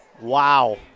Wow